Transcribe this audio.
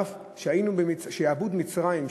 ששעבוד מצרים,